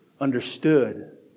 understood